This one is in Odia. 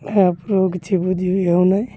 ଏହାପରେ କିଛି ବୁଝି ହେଉ ନାହିଁ